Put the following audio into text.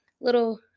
little